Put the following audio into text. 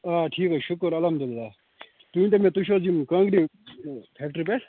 آ ٹھیٖک حظ شُکُر اَلحمدُللہ تُہۍ ؤنۍتو مےٚ تُہۍ چھِو حظ یِم کانٛگرِ فٮ۪کٹری پٮ۪ٹھ